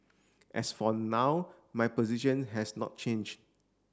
as for now my position has not change